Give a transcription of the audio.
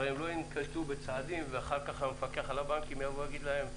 הרי הם לא ינקטו בצעדים ואחר כך המפקח על הבנקים יבוא ויגיד להם,